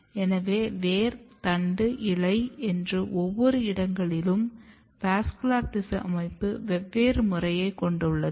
எனவே வேர் தண்டு இலை என்று ஒவ்வொரு இடங்களிலும் வாஸ்குலர் திசு அமைப்பு வெவ்வேறு முறையை கொண்டுள்ளது